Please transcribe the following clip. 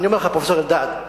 פרופסור אלדד,